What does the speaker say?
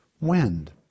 wind